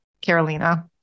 Carolina